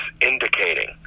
indicating